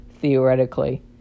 theoretically